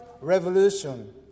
revolution